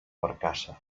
barcassa